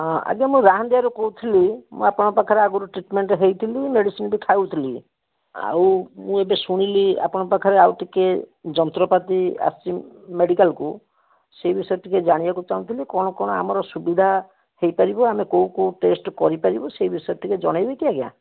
ଆଜ୍ଞା ମୁଁ ରାହାନ୍ଦେୟାରୁ କହୁଥିଲି ମୁଁ ଆପଣଙ୍କ ପାଖରେ ଆଗରୁ ଟ୍ରିଟ୍ମେଣ୍ଟ୍ ହେଇଥିଲି ମେଡ଼ିସିନ୍ ବି ଖାଉଥିଲି ଆଉ ମୁଁ ଏବେ ଶୁଣିଲି ଆପଣଙ୍କ ପାଖରେ ଆଉ ଟିକିଏ ଯନ୍ତ୍ରପାତି ଆସିଛି ମେଡ଼ିକାଲ୍କୁ ସେଇ ବିଷୟରେ ଟିକିଏ ଜାଣିବାକୁ ଚାହୁଁଥିଲି କ'ଣ କ'ଣ ଆମର ସୁବିଧା ହେଇପାରିବ ଆମେ କୋଉ କୋଉ ଟେଷ୍ଟ୍ କରିପାରିବୁ ସେଇ ବିଷୟରେ ଟିକେ ଜଣେଇବେ କି ଆଜ୍ଞା